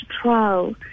trial